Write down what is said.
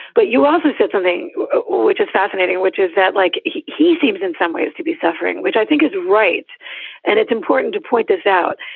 but you also said something which is fascinating, which is that like he he seems in some ways to be suffering, which i think is right and it's important to point this out.